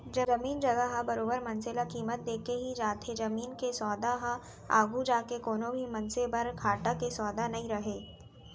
जमीन जघा ह बरोबर मनसे ल कीमत देके ही जाथे जमीन के सौदा ह आघू जाके कोनो भी मनसे बर घाटा के सौदा नइ रहय